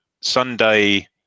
Sunday